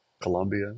Colombia